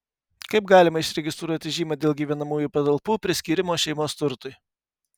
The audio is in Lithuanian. kaip galima išregistruoti žymą dėl gyvenamųjų patalpų priskyrimo šeimos turtui